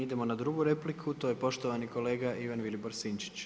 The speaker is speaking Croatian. Idemo na drugu repliku, to je poštovani kolega Ivan Vilibor Sinčić.